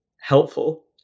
helpful